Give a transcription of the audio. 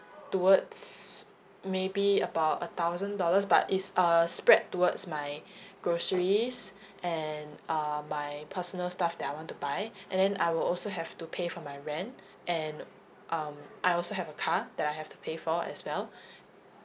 towards maybe about a thousand dollars but it's err spread towards my groceries and uh my personal stuff that I want to buy and then I will also have to pay for my rent and um I also have a car that I have to pay for as well